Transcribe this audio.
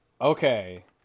Okay